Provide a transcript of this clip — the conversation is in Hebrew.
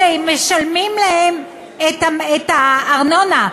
שהם משלמים להן את הארנונה,